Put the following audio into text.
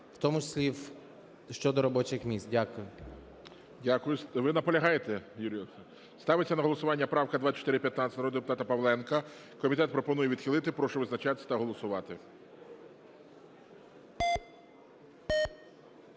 в тому числі щодо робочих місць. Дякую. ГОЛОВУЮЧИЙ. Дякую. Ви наполягаєте, Юрію? Ставиться на голосування правка 2415 народного депутата Павленка. Комітет пропонує відхилити. Прошу визначатись та голосувати.